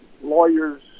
lawyers